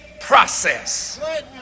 process